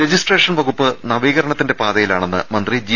registration വകുപ്പ് നവീകരണത്തിന്റെ പാതയിലാണെന്ന് മന്ത്രി ജി